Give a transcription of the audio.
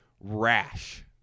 rash